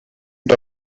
end